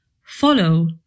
Follow